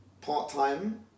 part-time